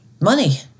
money